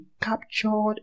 captured